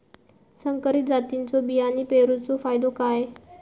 संकरित जातींच्यो बियाणी पेरूचो फायदो काय?